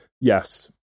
Yes